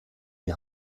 die